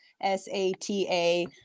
S-A-T-A